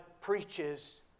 preaches